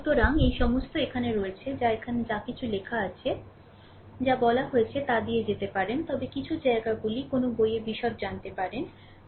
সুতরাং এই সমস্ত এখানে রয়েছে যা এখানে যা কিছু লেখা আছে তা যা যা বলা হয়েছে তা দিয়ে যেতে পারেন তবে কিছু জায়গাগুলি কোনও বইয়ে বিশদ জানতে পারেন